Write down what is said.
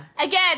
Again